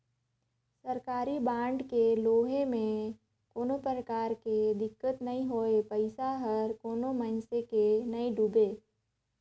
सरकारी बांड के लेहे में कोनो परकार के दिक्कत नई होए पइसा हर कोनो मइनसे के नइ डुबे